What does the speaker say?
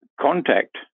contact